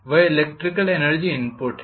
वह electrical energy input है